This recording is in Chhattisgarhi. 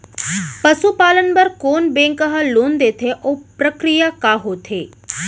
पसु पालन बर कोन बैंक ह लोन देथे अऊ प्रक्रिया का होथे?